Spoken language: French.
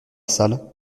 salle